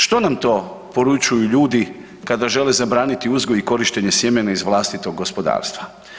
Što nam to poručuju ljudi kada žele zabraniti uzgoj i korištenje sjemena iz vlastitog gospodarstva?